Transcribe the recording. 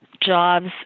jobs